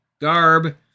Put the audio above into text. garb